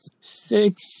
six